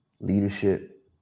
leadership